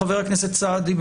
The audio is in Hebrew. חה"כ סעדי,